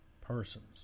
person's